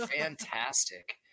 fantastic